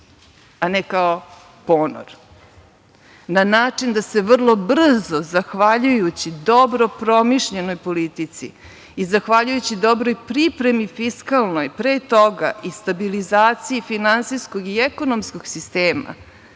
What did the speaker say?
a ne kao ponor, na način da se vrlo brzo zahvaljujući dobro promišljenoj politici i zahvaljujući dobroj pripremi fiskalnoj, pre toga i stabilizaciji finansijskog i ekonomskog sistema,